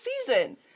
season